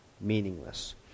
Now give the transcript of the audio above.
meaningless